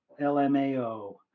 LMAO